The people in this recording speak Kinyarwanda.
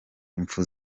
impfu